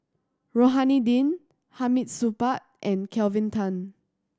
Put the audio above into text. Rohani Din Hamid Supaat and Kelvin Tan